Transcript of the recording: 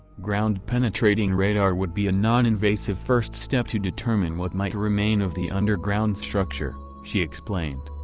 ground penetrating radar would be a non-invasive first step to determine what might remain of the underground structure, she explained.